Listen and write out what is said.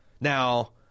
Now